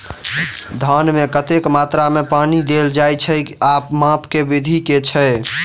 धान मे कतेक मात्रा मे पानि देल जाएँ छैय आ माप केँ विधि केँ छैय?